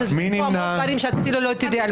אנחנו רוצים לשקול, להתייעץ.